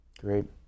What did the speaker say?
Great